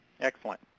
Excellent